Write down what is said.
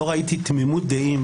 לא ראיתי תמימות דעים